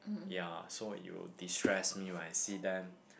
ya so it will destress me when I see them